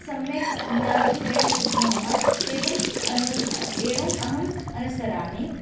सम्यक् ज्ञतुं वयं शक्नुमः एवं अनु एवं अहं अनुसरामि